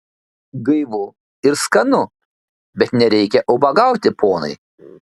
gaivu ir skanu bet nereikia ubagauti ponai